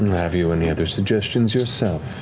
have you any other suggestions yourself?